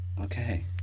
Okay